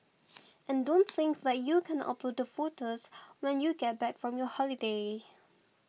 and don't think that you can upload the photos when you get back from your holiday